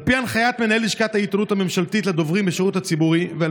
על פי הנחיית מנהל לשכת העיתונות הממשלתית לדוברים בשירות הציבורי ועל